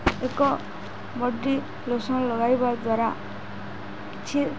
ଏକ body lotion ଲଗାଇବା ଦ୍ୱାରା କିଛି